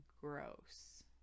gross